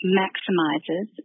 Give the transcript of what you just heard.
maximizes